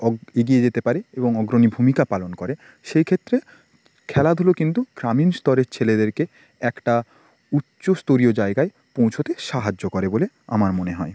অগ্ এগিয়ে যেতে পারে এবং অগ্রণী ভূমিকা পালন করে সেই ক্ষেত্রে খেলাধুলো কিন্তু গ্রামীণ স্তরের ছেলেদেরকে একটা উচ্চস্তরীয় জায়গায় পৌঁছোতে সাহায্য করে বলে আমার মনে হয়